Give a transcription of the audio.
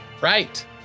Right